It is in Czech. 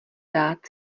dát